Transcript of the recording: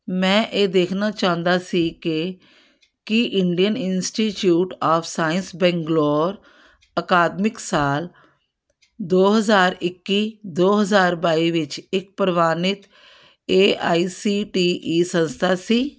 ਮੈਂ ਇਹ ਦੇਖਣਾ ਚਾਹੁੰਦਾ ਸੀ ਕਿ ਕੀ Indian institute of science Bangalore ਅਕਾਦਮਿਕ ਸਾਲ ਦੋ ਹਜ਼ਾਰ ਇੱਕੀ ਦੋ ਹਜ਼ਾਰ ਬਾਈ ਵਿੱਚ ਇੱਕ ਪ੍ਰਵਾਨਿਤ A I C T E ਸੰਸਥਾ ਸੀ